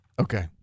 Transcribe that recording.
Okay